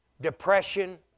depression